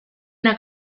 una